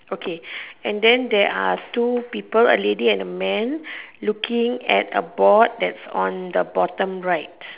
okay and then there are two people a lady and a man looking at a board that's on the bottom right